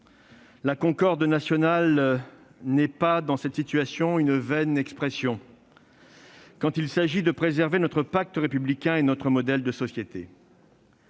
La concorde nationale n'est pas, dans cette situation, quand il s'agit de préserver notre pacte républicain et notre modèle de société,